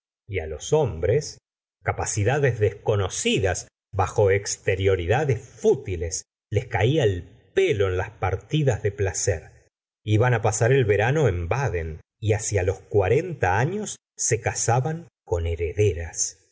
y los hombres capacidades desconocidas bajo exterioridades fútiles les caía el pelo en las partidas de placer iban á pasar el verano en baden y hacia los cuarenta afios se casaban con herederas